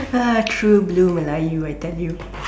ah true blue melayu you I tell you